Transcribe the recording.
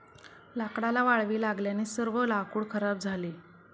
लाकडाला वाळवी लागल्याने सर्व लाकूड खराब झाले